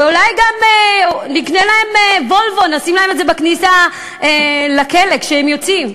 אולי גם נקנה להם "וולבו" ונשים להם את זה בכניסה לכלא כשהם יוצאים.